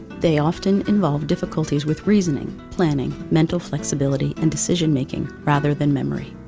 they often involve difficulties with reasoning, planning, mental flexibility and decision-making, rather than memory.